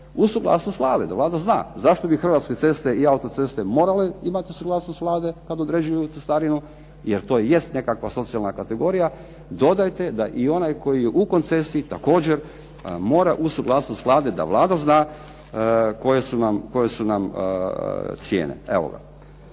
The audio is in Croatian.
suglasnost Vlade, da Vlada zna zašto bi Hrvatske ceste i autoceste morale imati suglasnost Vlade kada određuju cestarinu jer to jest nekakva socijalna kategorija dodajte da onaj koji je u koncesiji mora uz suglasnost Vlade, da Vlada zna koje su nam cijene,